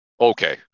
Okay